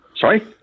Sorry